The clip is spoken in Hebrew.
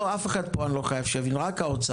אני לא חייב שאף אחד פה יבין, רק האוצר.